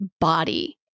body